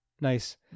Nice